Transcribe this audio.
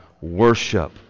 worship